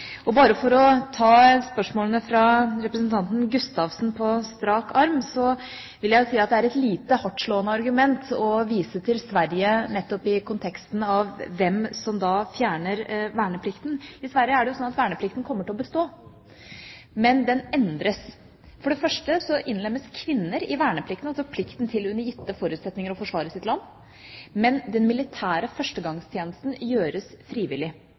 For å ta spørsmålene fra representanten Gustavsen på strak arm vil jeg si at det er et lite hardtslående argument å vise til Sverige nettopp i konteksten hvem som fjerner verneplikten. I Sverige er det slik at verneplikten kommer til å bestå, men den endres. For det første innlemmes kvinner i verneplikten, altså plikten til under gitte forutsetninger å forsvare sitt land, men den militære førstegangstjenesten gjøres frivillig.